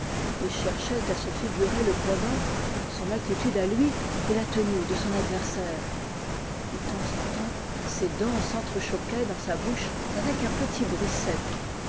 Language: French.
ii cherchait à se figurer le combat son attitude à lui et la tenue de son adversaire de temps en temps ses dents s'entrechoquaient dans sa bouche avec un petit bruit sec